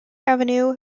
avenue